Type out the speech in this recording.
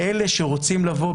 באלה שרוצים לבוא,